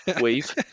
weave